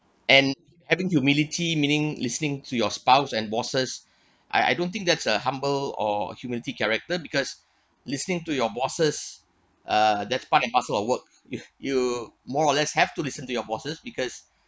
and having humility meaning listening to your spouse and bosses I I don't think that's a humble or humility character because listening to your bosses uh that's part and parcel of work if you more or less have to listen to your bosses because